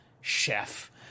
Chef